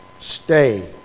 Stay